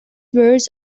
birds